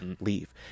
leave